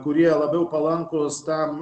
kurie labiau palankūs tam